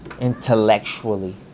intellectually